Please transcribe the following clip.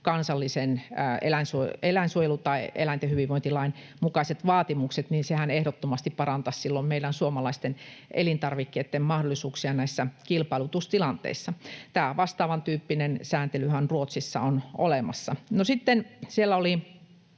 kansallisen eläinsuojelu- tai eläinten hyvinvointilain mukaiset vaatimukset, ehdottomasti parantaisi silloin meidän suomalaisten elintarvikkeitten mahdollisuuksia näissä kilpailutustilanteissa. Tämä vastaavan tyyppinen sääntelyhän Ruotsissa on olemassa.